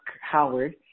Howard